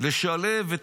לשלב את